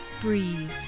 Breathe